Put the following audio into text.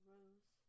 Rose